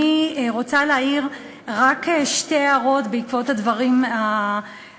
אני רוצה להעיר רק שתי הערות בעקבות הדברים החשובים,